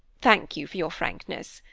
thank you for your frankness.